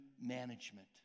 management